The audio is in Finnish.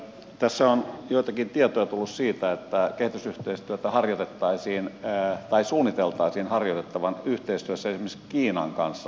tässä on joitakin tietoja tullut siitä että kehitysyhteistyötä suunniteltaisiin harjoitettavan yhteistyössä esimerkiksi kiinan kanssa